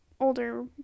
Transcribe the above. older